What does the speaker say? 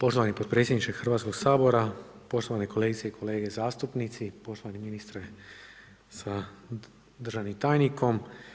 Poštovani potpredsjedniče Hrvatskog sabora, poštovane kolegice i kolege zastupnici, poštovani ministre sa državnim tajnikom.